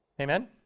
Amen